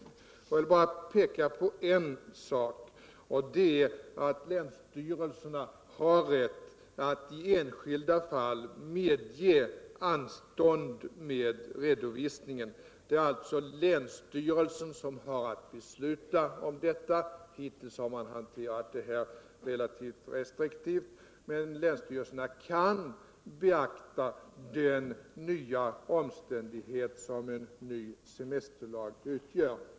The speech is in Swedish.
Jag vill i detta sammanhang peka på att länsstyrelserna har rätt att i enskilda fall medge anstånd med redovisningen. Det är alltså länsstyrelserna som har att besluta om detta. IHttills har man där hanterat dessa ärenden relativt restriktivt. men länsstyrelserna kan beakta de nya omständigheter som den nya semesterlagen medfört.